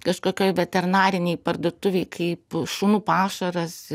kažkokioj veterinarinėj parduotuvėj kaip šunų pašaras